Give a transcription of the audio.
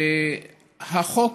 ועכשיו,